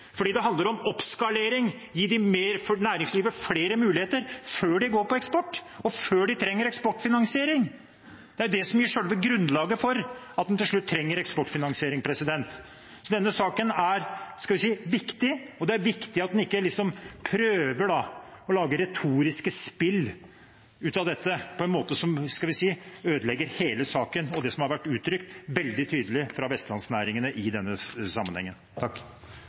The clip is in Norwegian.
Det handler om oppskalering, gi næringslivet flere muligheter før de går på eksport, og før de trenger eksportfinansiering. Det er det som gir selve grunnlaget for at en til slutt trenger eksportfinansiering. Denne saken er viktig, og det er viktig at en ikke prøver å lage retoriske spill ut av dette på en måte som ødelegger hele saken og det som har vært uttrykt veldig tydelig fra vestlandsnæringene i denne sammenhengen.